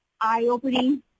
eye-opening